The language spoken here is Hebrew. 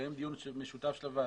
תקיים דיון משותף של הוועדות,